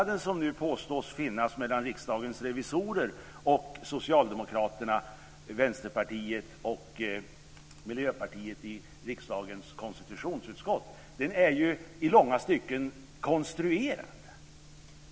Den nu påstådda skillnaden mellan Riksdagens revisorer samt Socialdemokraterna, Vänsterpartiet och Miljöpartiet i riksdagens konstitutionsutskott är i långa stycken konstruerad.